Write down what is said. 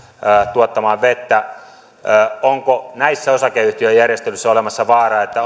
tuottamaan vettä onko näissä osakeyhtiöjärjestelyissä olemassa vaara että